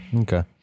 okay